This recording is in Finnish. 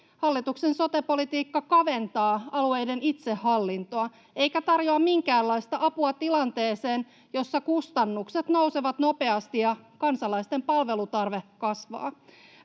Hallituksen sote-politiikka kaventaa alueiden itsehallintoa eikä tarjoa minkäänlaista apua tilanteeseen, jossa kustannukset nousevat nopeasti ja kansalaisten palvelutarve kasvaa.